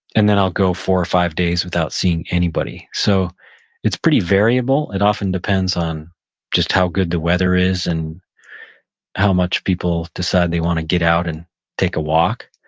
and then i'll go four or five days without seeing anybody. so it's pretty variable. it often depends on just how good the weather is and how much people decide they want to get out and take a walk.